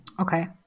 okay